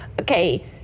okay